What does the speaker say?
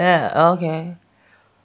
ya oh okay